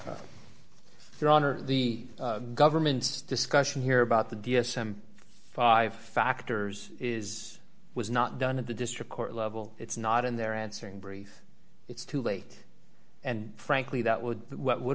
you your honor the government's discussion here about the d s m five factors is was not done at the district court level it's not in their answering brief it's too late and frankly that was what would